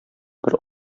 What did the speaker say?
бер